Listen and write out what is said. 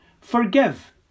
forgive